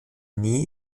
nie